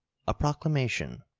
a proclamation.